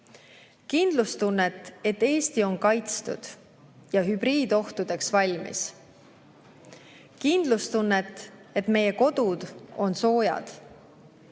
Kindlustunnet, et Eesti on kaitstud ja hübriidohtudeks valmis, kindlustunnet, et meie kodud on soojad,